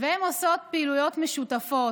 והן עושות פעילויות משותפות,